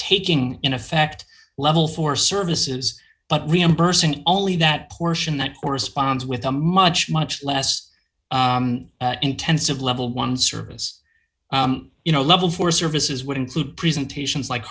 taking in effect level for services but reimbursing only that portion that corresponds with a much much less intensive level one service you know level four services would include presentations like